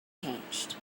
changed